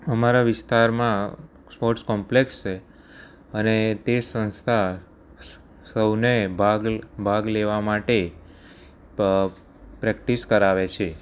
અમારા વિસ્તારમાં sports complex છે અને તે સંસ્થા સૌને ભાગ ભાગ લેવા માટે પ્રેક્ટિસ કરાવે છે